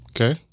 Okay